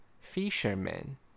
Fisherman